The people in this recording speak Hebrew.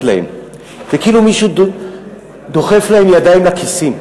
להם וכאילו מישהו דוחף להם ידיים לכיסים.